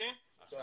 שלום.